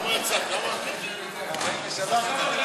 כמה יצא?